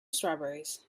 strawberries